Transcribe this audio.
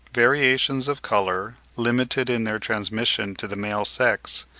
variations of colour, limited in their transmission to the male sex,